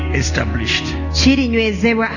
established